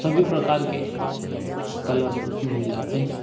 सभी प्रकार के कलर्स उसमें मिलाते हैं